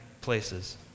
places